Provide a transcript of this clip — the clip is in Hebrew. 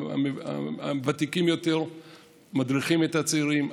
הוותיקים יותר מדריכים את הצעירים,